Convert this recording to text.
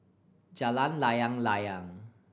Jalan Layang Layang